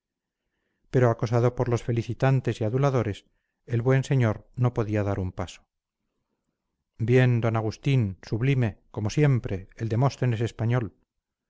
pero acosado por los felicitantes y aduladores el buen señor no podía dar un paso bien d agustín sublime como siempre el demóstenes español